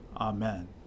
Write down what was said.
Amen